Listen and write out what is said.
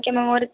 okay ma'am ஒரு